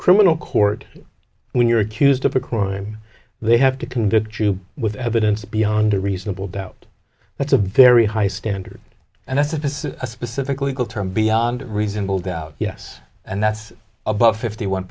criminal court when you're accused of a crime they have to convict you with evidence beyond a reasonable doubt that's a very high standard and i suppose a specific legal term beyond reasonable doubt yes and that's above fifty one